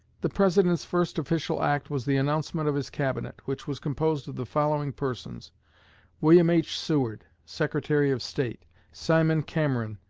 the president's first official act was the announcement of his cabinet, which was composed of the following persons william h. seward, secretary of state simon cameron,